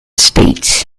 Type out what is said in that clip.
states